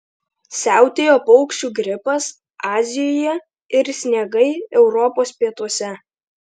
siautėjo paukščių gripas azijoje ir sniegai europos pietuose